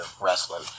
wrestling